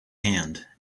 hand